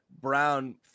brown